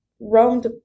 roamed